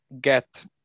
get